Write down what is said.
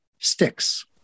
sticks